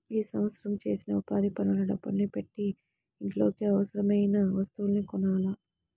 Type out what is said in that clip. ఈ సంవత్సరం చేసిన ఉపాధి పనుల డబ్బుల్ని పెట్టి ఇంట్లోకి అవసరమయిన వస్తువుల్ని కొనాలి